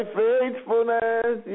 faithfulness